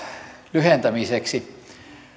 lyhentämiseksi